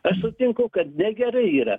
aš sutinku kad negerai yra